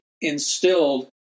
instilled